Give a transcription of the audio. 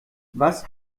was